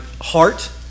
heart